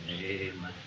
Amen